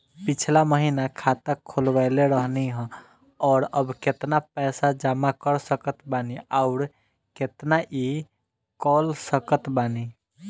पिछला महीना खाता खोलवैले रहनी ह और अब केतना पैसा जमा कर सकत बानी आउर केतना इ कॉलसकत बानी?